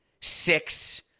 six